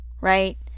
right